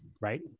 right